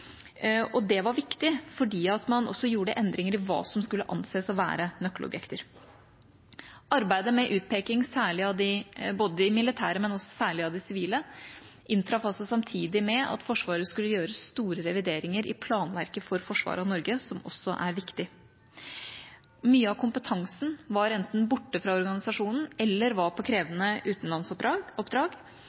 og det var viktig, fordi man også gjorde endringer i hva som skulle anses å være nøkkelobjekter. Arbeidet med utpeking av de militære, men særlig også av de sivile, inntraff samtidig med at Forsvaret skulle gjøre store revideringer i planverket for forsvaret av Norge, som også er viktig. Mye av kompetansen var enten borte fra organisasjonen eller var på krevende utenlandsoppdrag,